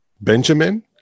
Benjamin